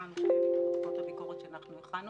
לענייני ביקורת המדינה בנושא החינוך החרדי